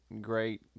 great